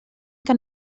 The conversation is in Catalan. que